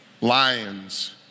lions